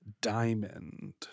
Diamond